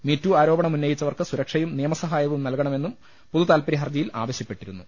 മി too ആരോപണ മുന്നയിച്ചവർക്ക് സുരക്ഷയും നിയമസഹായവും നൽകണ മെന്നും പൊതു താത്പര്യഹർജിയിൽ ആവശ്യപ്പെട്ടിരുന്നു